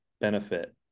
benefit